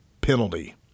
penalty